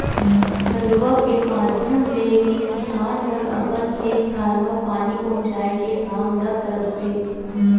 नरूवा के माधियम ले ही किसान मन अपन खेत खार म पानी पहुँचाय के काम ल करथे